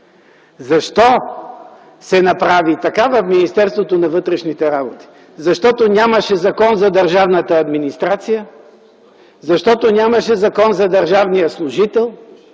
защо се направи така в Министерството на вътрешните работи. Защото нямаше Закон за държавната администрация, защото нямаше Закон за държавния служител,